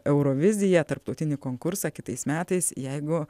euroviziją tarptautinį konkursą kitais metais jeigu